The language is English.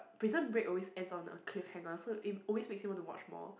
Prison Break always ends on a cliffhanger so it always makes you want to watch more